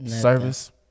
Service